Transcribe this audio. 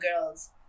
girls